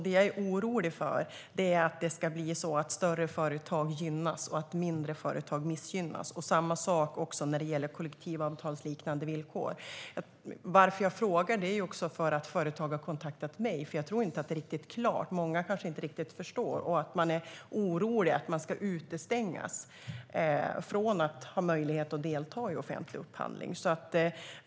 Det jag är orolig för är att större företag gynnas och att mindre företag missgynnas, och samma sak också när det gäller kollektivavtalsliknande villkor. Varför jag frågar är att företag har kontaktat mig, och jag tror inte att det här är riktigt klart. Många kanske inte riktigt förstår och är oroliga för att de ska utestängas från möjligheten att delta i offentlig upphandling.